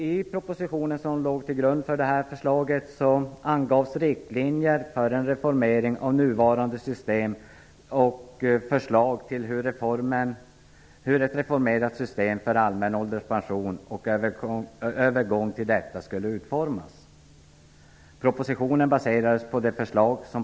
I propositionen som låg till grund för det här förslaget angavs riktlinjer för en reformering av nuvarande system och förslag till hur ett reformerat system för allmän ålderspension och övergång till detta skulle utformas.